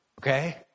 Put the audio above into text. Okay